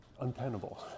untenable